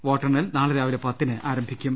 വോട്ടെണ്ണൽ നാളെ രാവിലെ പത്തിന് ആരംഭിക്കും